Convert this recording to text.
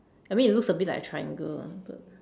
I mean it looks a bit like a triangle ah but